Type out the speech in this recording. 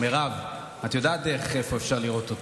מירב, את יודעת דרך איפה אפשר לראות אותה?